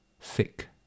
thick